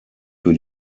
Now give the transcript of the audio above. für